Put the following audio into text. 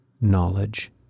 knowledge